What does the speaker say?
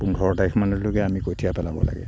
পোন্ধৰ তাৰিখমানলৈকে আমি কঠীয়া পেলাব লাগে